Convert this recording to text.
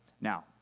Now